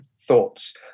thoughts